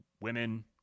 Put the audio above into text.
women